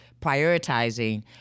prioritizing